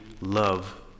love